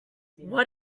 what